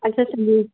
अच्छा समो